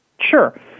Sure